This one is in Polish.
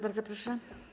Bardzo proszę.